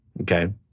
okay